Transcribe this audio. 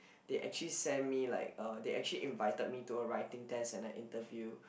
they actually send me like uh they actually invited me to a writing test and a interview